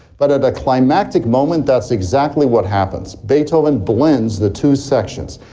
but at a climactic moment that's exactly what happens, beethoven blends the two sections.